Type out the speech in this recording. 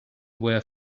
were